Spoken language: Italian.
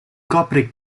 copre